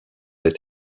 est